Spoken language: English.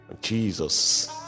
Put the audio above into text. Jesus